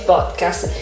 Podcast